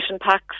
packs